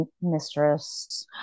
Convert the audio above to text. mistress